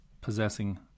possessing